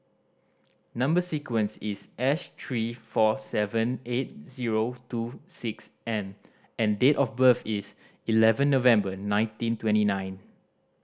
number sequence is S three four seven eight zero two six N and date of birth is eleven November nineteen twenty nine